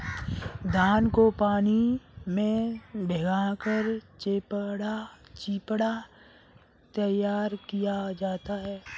धान को पानी में भिगाकर चिवड़ा तैयार किया जाता है